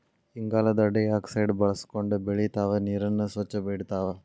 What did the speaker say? ಇಂಗಾಲದ ಡೈಆಕ್ಸೈಡ್ ಬಳಸಕೊಂಡ ಬೆಳಿತಾವ ನೇರನ್ನ ಸ್ವಚ್ಛ ಇಡತಾವ